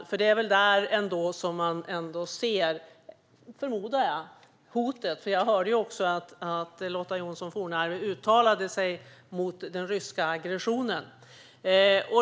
Jag förmodar att det ändå är där som man ser hotet, för jag hörde också att Lotta Johnsson Fornarve uttalade sig mot den ryska aggressionen.